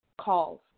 calls